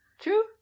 True